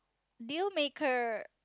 deal maker